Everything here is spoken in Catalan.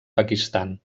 pakistan